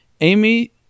amy